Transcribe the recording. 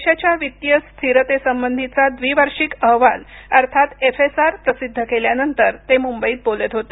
देशाच्या वित्तीय स्थिरतेसंबंधीचा द्विवार्षिक अहवाल अर्थात एफएसआर प्रसिद्ध केल्यानंतर ते मुंबईत बोलत होते